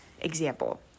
example